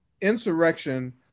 insurrection